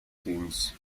since